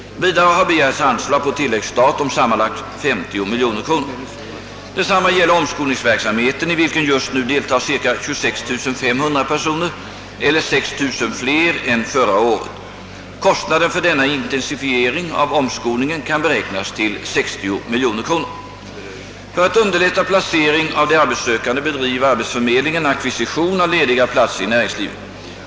Vidare har begärts anslag på tilläggsstat om sammanlagt 50 miljoner kr. Detsamma gäller omskolningsverksamheten, i vilken just nu deltar cirka 26 500 personer eller 6 000 fler än förra året. Kostnaden för denna intensifiering av omskolningen kan beräknas till 60 miljoner kr. För att underlätta placering av de arbetssökande bedriver arbetsförmedlingen ackvisition av lediga platser i näringslivet.